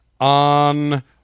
on